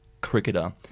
cricketer